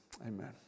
Amen